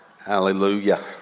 Hallelujah